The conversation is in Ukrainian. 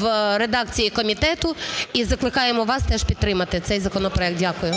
в редакції комітету і закликаємо вас теж підтримати цей законопроект. Дякую.